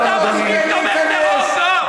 אתה משקיף תומך טרור,